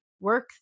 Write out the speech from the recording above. work